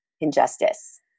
injustice